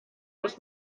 muss